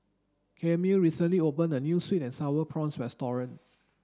Camille recently opened a new sweet and sour prawns restaurant